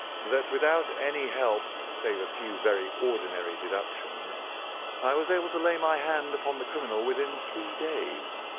that without any help save a few very ordinary deductions i was able to lay my hand upon the criminal within three days.